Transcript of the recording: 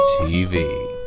tv